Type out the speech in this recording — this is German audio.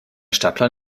stadtplan